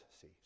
see